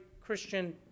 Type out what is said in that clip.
Christian